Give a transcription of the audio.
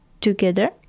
together